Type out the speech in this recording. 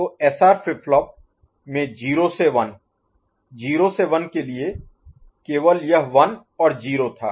तो SR flip flop में 0 से 1 0 से 1 के लिए केवल यह 1 और 0 था